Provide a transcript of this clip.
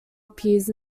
appears